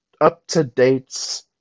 up-to-date